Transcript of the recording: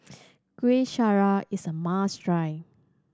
Kueh Syara is a must try